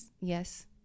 Yes